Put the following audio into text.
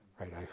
Right